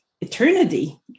eternity